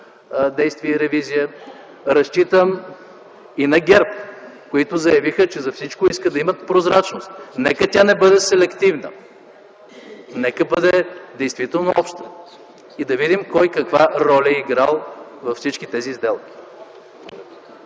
действие и ревизия. Разчитам и на ГЕРБ, които заявиха, че за всичко искат да има прозрачност. Нека тя не бъде селективна, нека бъде действително обща и да видим кой каква роля е играл във всички тези сделки.